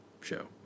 show